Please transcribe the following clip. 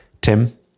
Tim